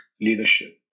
leadership